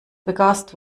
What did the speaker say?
begast